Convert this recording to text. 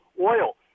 Oil